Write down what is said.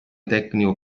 tecnico